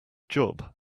job